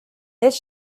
this